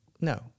No